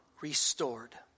restored